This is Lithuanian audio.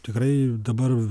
tikrai dabar